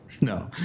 No